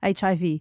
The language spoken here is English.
HIV